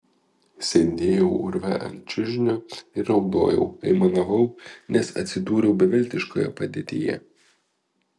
sėdėjau urve ant čiužinio ir raudojau aimanavau nes atsidūriau beviltiškoje padėtyje